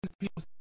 people